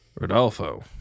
Rodolfo